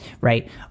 right